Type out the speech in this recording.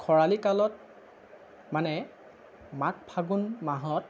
খৰালি কালত মানে মাঘ ফাগুন মাহত